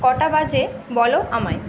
কটা বাজে বলো আমায়